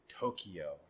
Tokyo